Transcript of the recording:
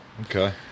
Okay